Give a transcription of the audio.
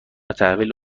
تحویل